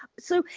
so,